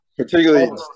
Particularly